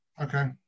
Okay